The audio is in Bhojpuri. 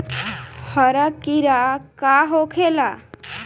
हरा कीड़ा का होखे ला?